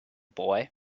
boy